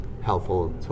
helpful